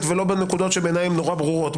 ולא בנקודות שבעיניי הן נורא ברורות.